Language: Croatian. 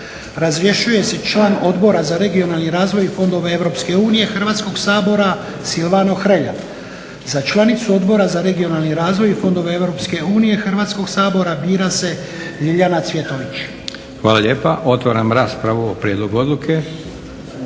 Razrješuje se član Odbora za regionalni razvoj i fondove EU Hrvatskog sabora Silvano Hrelja. Za članicu Odbora za regionalni razvoj i fondove EU Hrvatskog sabora bira se Lijana Cvjetović. **Leko, Josip (SDP)** Hvala lijepa. Otvaram raspravu o prijedlogu odluke.